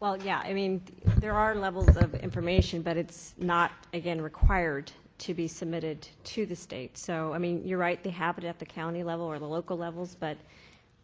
well, yeah, i mean there are levels of information, but it's not again required to be submitted to the state. so i mean you're right they have it at the county level or the local levels, but